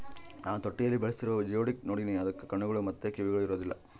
ನಾನು ತೊಟ್ಟಿಯಲ್ಲಿ ಬೆಳೆಸ್ತಿರುವ ಜಿಯೋಡುಕ್ ನೋಡಿನಿ, ಅದಕ್ಕ ಕಣ್ಣುಗಳು ಮತ್ತೆ ಕಿವಿಗಳು ಇರೊದಿಲ್ಲ